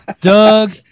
Doug